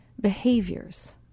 behaviors